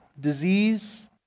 disease